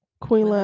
Queen